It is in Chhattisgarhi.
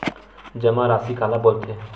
जमा राशि काला बोलथे?